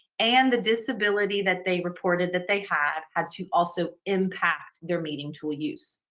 and the disability that they reported that they had had to also impact their meeting tool use.